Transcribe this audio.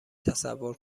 تصور